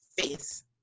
face